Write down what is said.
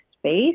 space